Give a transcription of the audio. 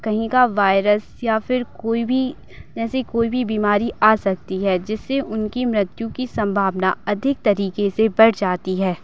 कहीं का वायरस या फिर कोई भी ऐसी कोई भी बीमारी आ सकती है जिससे उनकी मृत्यु की संभावना अधिक तरीके से बढ़ जाती है